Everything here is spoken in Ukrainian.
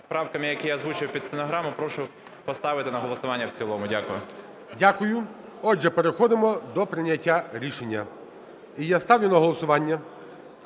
правками, які я озвучив під стенограму, прошу поставити на голосування в цілому. Дякую. ГОЛОВУЮЧИЙ. Дякую. Отже, переходимо до прийняття рішення. І я ставлю на голосування